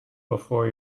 before